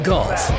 Golf